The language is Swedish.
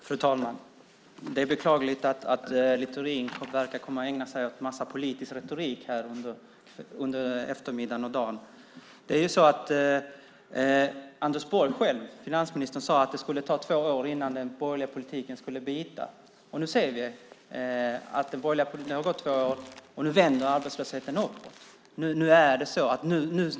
Fru talman! Det är beklagligt att Littorin verkar komma att ägna sig åt en massa politisk retorik under dagen. Finansminister Anders Borg har sagt att det skulle ta två år innan den borgerliga politiken biter. Det har gått två år och nu vänder arbetslösheten uppåt.